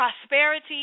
prosperity